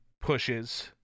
pushes